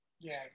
Yes